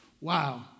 Wow